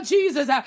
Jesus